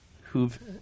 who've